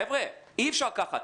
חבר'ה אי אפשר כך.